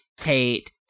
hate